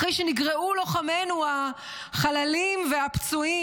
אחרי שנגרעו לוחמינו החללים והפצועים,